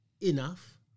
Enough